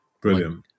Brilliant